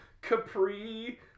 capri